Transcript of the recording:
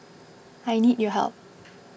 I need your help